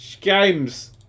games